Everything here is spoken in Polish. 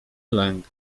lęk